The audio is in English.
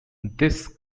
this